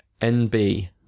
NB